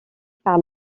par